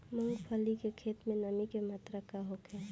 मूँगफली के खेत में नमी के मात्रा का होखे?